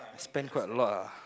spend quite a lot ah